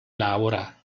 laura